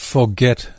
Forget